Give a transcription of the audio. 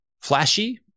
flashy